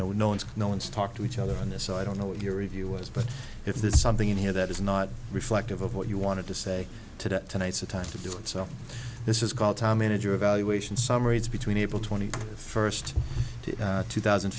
know no one's no one's talked to each other on this so i don't know what your review was but if there's something in here that is not reflective of what you wanted to say today tonight's the time to do itself this is called time manager evaluation summaries between april twenty first two thousand